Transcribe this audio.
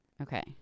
Okay